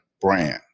brand